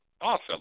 Awesome